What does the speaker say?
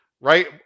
right